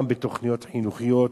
גם בתוכניות חינוכיות,